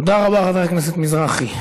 תודה רבה רבה, חבר הכנסת מזרחי.